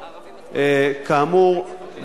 כאמור,